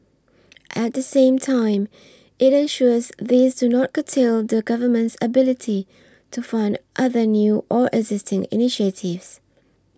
at the same time it ensures these do not curtail the Government's ability to fund other new or existing initiatives